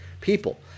people